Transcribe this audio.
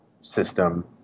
system